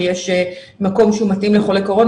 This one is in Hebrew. שיש מקום שהוא מתאים לחולה קורונה.